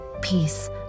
Peace